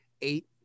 eight